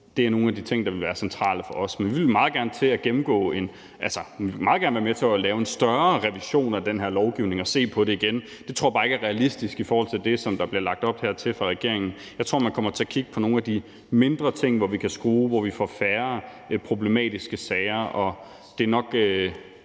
Det er nogle af de ting, der ville være centrale for os. Vi vil meget gerne være med til at lave en større revision af den her lovgivning og se på det igen, men det tror jeg bare ikke er realistisk i forhold til det, som der her bliver lagt op til fra regeringens side. Jeg tror, at man kommer til at kigge på nogle af de mindre ting, hvor vi kan skrue på noget, så vi får færre problematiske sager.